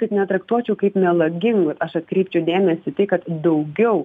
bet netraktuočiau kaip melagingų aš atkreipčiau dėmesį į tai kad daugiau